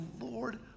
Lord